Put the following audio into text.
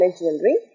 jewelry